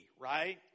right